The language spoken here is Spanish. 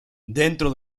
dentro